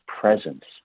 presence